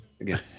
again